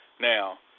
Now